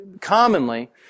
commonly